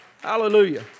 Hallelujah